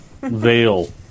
veil